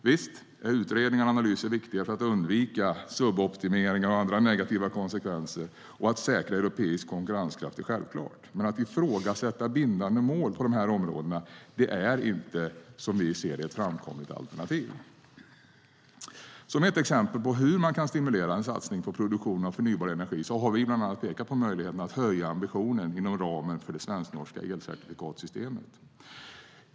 Visst är utredningar och analyser viktiga för att undvika suboptimeringar och andra negativa konsekvenser, och att säkra europeisk konkurrenskraft är självklart. Att ifrågasätta bindande mål på dessa områden är dock som vi ser det inte ett framkomligt alternativ. Som ett exempel på hur man kan stimulera en satsning på produktion av förnybar energi har vi bland annat pekat på möjligheten att höja ambitionen inom ramen för det svensk-norska elcertifikatssystemet.